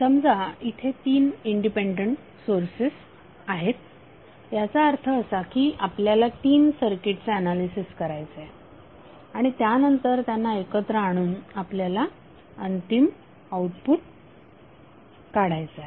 समजा इथे तीन इंडिपेंडंट सोर्सेस आहेत याचा अर्थ असा की आपल्याला तीन सर्किटचे ऍनालिसिस करायचे आहे आणि त्यानंतर त्यांना एकत्र आणून आपल्याला अंतिम आउटपुट मिळवायचे आहे